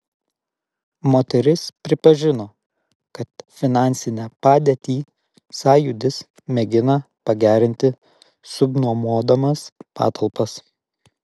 moteris pripažino kad finansinę padėtį sąjūdis mėgina pagerinti subnuomodamas patalpas